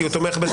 כי הוא תומך בזה,